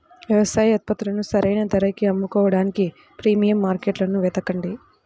వ్యవసాయ ఉత్పత్తులను సరైన ధరకి అమ్ముకోడానికి ప్రీమియం మార్కెట్లను వెతకండి